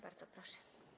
Bardzo proszę.